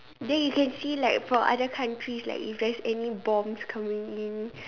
then you can see like from other countries like if there's any bombs coming in